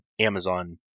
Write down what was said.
Amazon